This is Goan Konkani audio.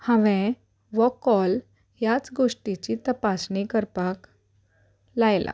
हांवें हो कॉल ह्याच गोश्टीची तपासणी करपाक लायलां